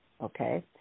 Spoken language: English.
okay